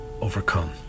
overcome